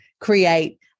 create